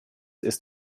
ist